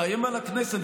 מאיים על הכנסת.